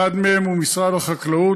אחד מהם הוא משרד החקלאות.